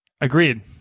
Agreed